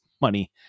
money